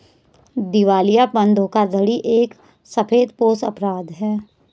दिवालियापन धोखाधड़ी एक सफेदपोश अपराध है